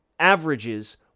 averages